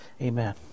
amen